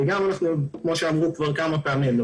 וגם כפי שנאמר כבר כמה פעמים,